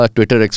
Twitter